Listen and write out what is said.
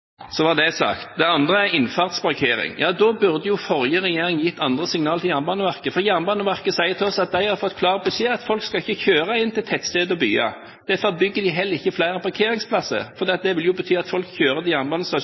Så var det sagt. Det andre er innfartsparkering. Ja, da burde jo forrige regjering gitt andre signaler til Jernbaneverket. For Jernbaneverket sier til oss at de har fått klar beskjed om at folk ikke skal kjøre inn til tettsteder og byer. Derfor bygger de heller ikke flere parkeringsplasser. Det ville jo bety at folk